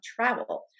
travel